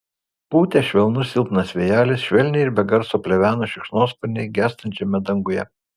pūtė švelnus silpnas vėjelis švelniai ir be garso pleveno šikšnosparniai gęstančiame danguje